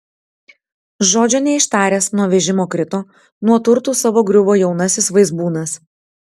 žodžio neištaręs nuo vežimo krito nuo turtų savo griuvo jaunasis vaizbūnas